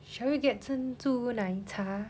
shall we get 珍珠奶茶